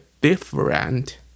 different